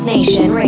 Nation